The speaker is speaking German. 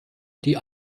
die